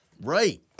Right